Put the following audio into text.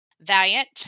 Valiant